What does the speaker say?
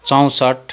चौसाट्ठी